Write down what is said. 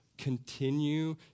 continue